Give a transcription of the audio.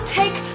take